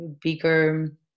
bigger